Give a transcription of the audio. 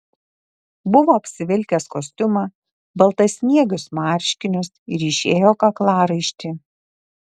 buvo apsivilkęs kostiumą baltasniegius marškinius ryšėjo kaklaraištį